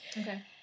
Okay